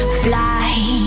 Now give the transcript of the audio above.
fly